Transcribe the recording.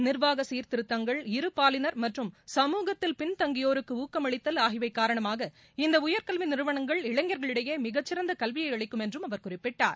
நிர்வாக சீர்திருத்தங்கள் இருபாலினர் மற்றும் சமூகத்தில் பின்தங்கியோருக்கு ஊக்கம் அளித்தல் ஆகியவை காரணமாக இந்த உயர்கல்வி நிறுவளங்கள் இளைஞர்களிடையே மிகச்சிறந்த கல்வியை அளிக்கும் என்று அவர் குறிப்பிட்டார்